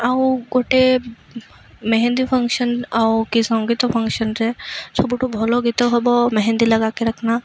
ଆଉ ଗୋଟେ ମେହେନ୍ଦି ଫଙ୍କସନ୍ ଆଉ କି ସଙ୍ଗୀତ ଫଙ୍କସନରେ ସବୁଠୁ ଭଲ ଗୀତ ହେବ ମେହେନ୍ଦି ଲଗାକେ ରଖନା